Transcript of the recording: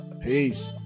Peace